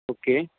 okay